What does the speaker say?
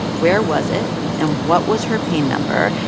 where was it? and what was her pain number?